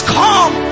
come